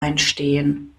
einstehen